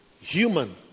human